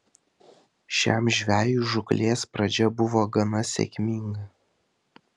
šiam žvejui žūklės pradžia buvo gana sėkminga